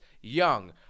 Young